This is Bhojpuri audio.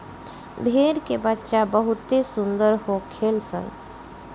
भेड़ के बच्चा बहुते सुंदर होखेल सन